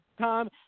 Tom